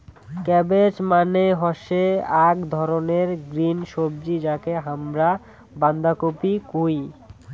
cabbage মানে হসে আক ধরণের গ্রিন সবজি যাকে হামরা বান্ধাকপি কুহু